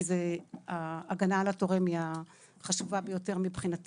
כי ההגנה על התורם היא החשובה ביותר מבחינתנו.